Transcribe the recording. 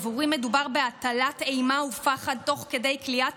עבורי מדובר בהטלת אימה ופחד תוך כדי כליאת